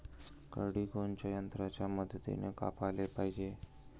करडी कोनच्या यंत्राच्या मदतीनं कापाले पायजे?